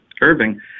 Irving